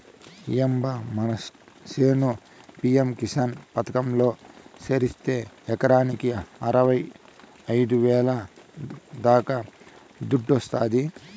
ఏం బా మన చేను పి.యం కిసాన్ పథకంలో చేరిస్తే ఎకరాకి అరవైఐదు వేల దాకా దుడ్డొస్తాది